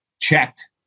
checked